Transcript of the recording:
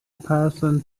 person